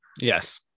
Yes